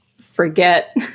forget